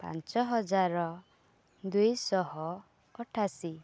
ପାଞ୍ଚ ହଜାର ଦୁଇଶହ ଅଠାଅଶୀ